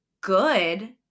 good